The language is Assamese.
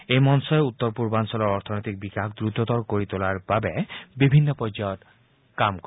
এই মঞ্চই উত্তৰ পূৰ্বাঞ্চলৰ অৰ্থনৈতিক বিকাশ দ্ৰুততৰ কৰি তোলাৰ বাবে বিভিন্ন পৰ্যায়ত কাম কৰিব